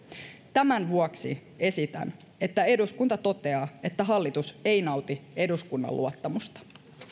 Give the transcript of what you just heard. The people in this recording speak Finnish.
tämän vuoksi esitän että eduskunta toteaa että hallitus ei nauti eduskunnan luottamusta